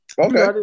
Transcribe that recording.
Okay